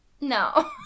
No